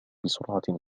بسرعة